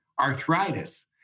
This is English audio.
arthritis